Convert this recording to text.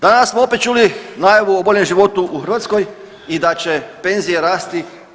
Danas smo opet čuli najavu o boljem životu u Hrvatskoj i da će penzije rasti 10%